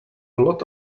lot